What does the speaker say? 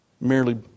merely